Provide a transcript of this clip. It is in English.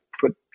put